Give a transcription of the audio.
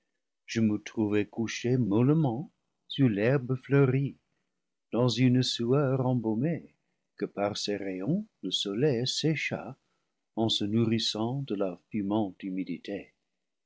je me trouvai couché mollement sur l'herbe fleurie dans une livre viii sueur embaumée que par ses rayons le soleil sécha en se nour rissant de la fumante humidité